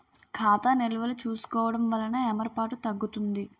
ఖాతా నిల్వలు చూసుకోవడం వలన ఏమరపాటు తగ్గుతుంది